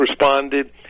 responded